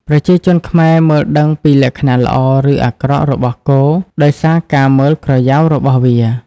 ប្រជាជនខ្មែរមើលដឹងពីលក្ខណៈល្អ ឬអាក្រក់របស់គោដោយសារការមើលក្រយៅរបស់វា។